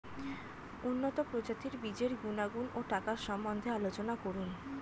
উন্নত প্রজাতির বীজের গুণাগুণ ও টাকার সম্বন্ধে আলোচনা করুন